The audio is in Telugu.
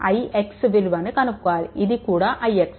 36 చిత్రంలో ix విలువను కనుక్కోవాలి ఇది కూడా ix